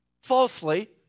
Falsely